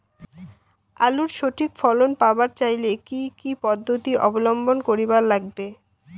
আলুর সঠিক ফলন পাবার চাইলে কি কি পদ্ধতি অবলম্বন করিবার লাগবে?